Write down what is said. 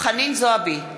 חנין זועבי,